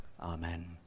Amen